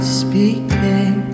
speaking